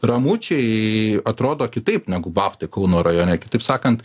ramučiai atrodo kitaip negu babtai kauno rajone kitaip sakant